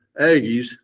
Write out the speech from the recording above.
Aggies